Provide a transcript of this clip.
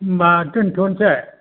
होनबा दोनथ'नोसै